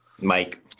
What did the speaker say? Mike